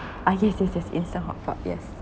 uh yes yes yes instant hotpot yes